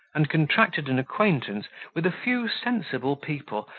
and contracted an acquaintance with a few sensible people,